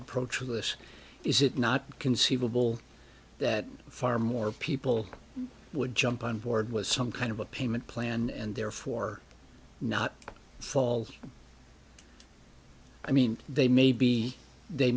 approach to this is it not conceivable that far more people would jump on board with some kind of a payment plan and therefore not fall i mean they may be they